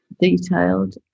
detailed